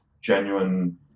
genuine